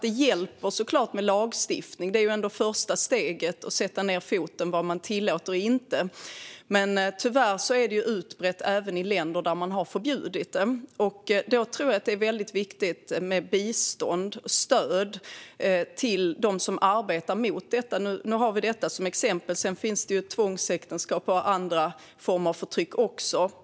Det är klart att lagstiftning hjälper - det är ändå det första steget när det gäller att sätta ned foten för vad man tillåter och inte - men detta är tyvärr utbrett även i länder där det har förbjudits. Jag tror därför att det är väldigt viktigt med bistånd och stöd till dem som arbetar mot detta. Nu har vi detta som exempel, och sedan finns det ju tvångsäktenskap och andra former av förtryck.